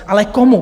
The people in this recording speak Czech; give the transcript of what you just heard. Ale komu?